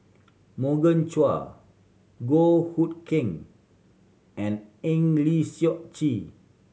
Morgan Chua Goh Hood Keng and Eng Lee Seok Chee